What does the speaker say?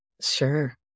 Sure